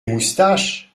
moustaches